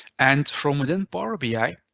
and from within power bi,